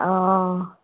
অঁ